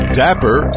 dapper